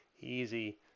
easy